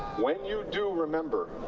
when you do remember,